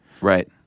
Right